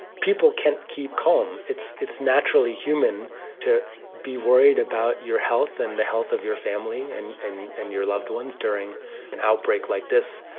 people can't keep calm. it's it's naturally human to be worried about your health and the health of your family and and and your loved ones during an outbreak like this.